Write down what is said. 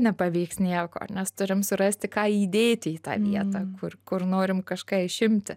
nepavyks nieko nes turim surasti ką įdėti į tą vietą kur kur norim kažką išimti